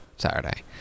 saturday